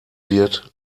wird